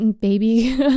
baby